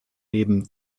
neben